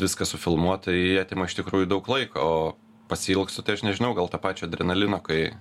viską sufilmuot tai atima iš tikrųjų daug laiko o pasiilgstu tai aš nežinau gal to pačio adrenalino kai